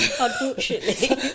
unfortunately